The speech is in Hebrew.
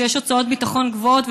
כשיש הוצאות ביטחון גבוהות,